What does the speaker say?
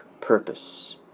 purpose